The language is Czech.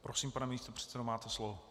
Prosím, pane místopředsedo, máte slovo.